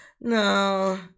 no